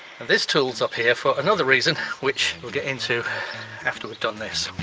this tool's up here for another reason which we'll get into after we've done this